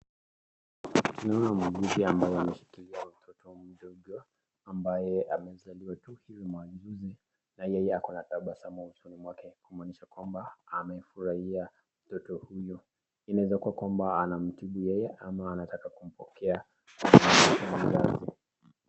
Nimeona mwanamke ambaye ameshikilia watoto wadogo ambaye amezaliwa tu hivi majuzi na yeye ako na tabasamu usoni mwake kumaanisha kwamba amefurahia mtoto huyo. Inaweza kuwa kwamba anamtibu yeye ama anataka kumpokea mtoto huyo.